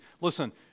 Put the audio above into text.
listen